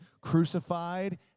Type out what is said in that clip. crucified